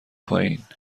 پایین